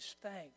thanks